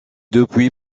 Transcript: depuis